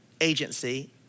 agency